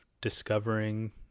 discovering